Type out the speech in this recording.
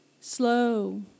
slow